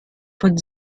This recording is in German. von